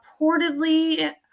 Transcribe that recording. reportedly